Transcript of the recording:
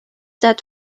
that